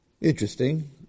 interesting